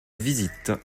visite